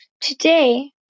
Today